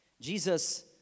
Jesus